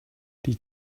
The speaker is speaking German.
die